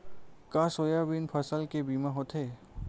का सोयाबीन फसल के बीमा होथे?